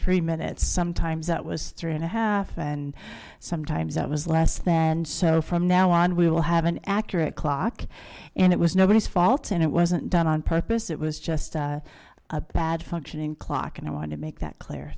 three minutes sometimes that was three and a half and sometimes that was less than so from now on we will have an accurate clock and it was nobody's fault and it wasn't done on purpose it was just a bad functioning clock and i wanted to make that cl